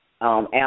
Al